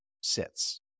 sits